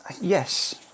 Yes